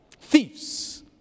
thieves